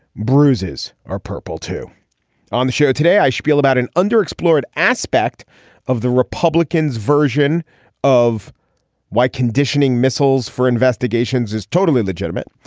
bruises are purple too on the show today i spiel about an underemployed aspect of the republicans version of why conditioning missiles for investigations is totally legitimate.